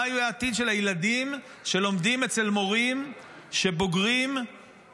מה יהיה העתיד של הילדים שלומדים אצל מורים שהם בוגרי מערכות